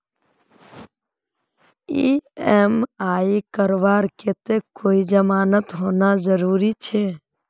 EMI करवार केते कोई जमानत होना जरूरी छे?